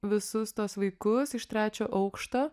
visus tuos vaikus iš trečio aukšto